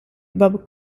bob